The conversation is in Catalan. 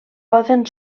poden